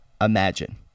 imagine